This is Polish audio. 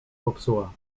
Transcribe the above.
popsuła